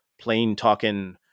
plain-talking